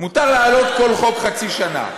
מותר להעלות חוק כל חצי שנה.